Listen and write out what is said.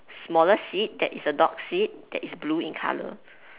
smaller seat that is a dog seat that is blue in colour